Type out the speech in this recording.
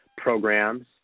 programs